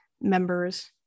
members